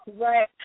Right